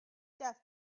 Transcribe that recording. death